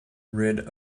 rid